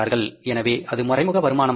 எனவே அது மறைமுக வருமானமாக இருக்கும்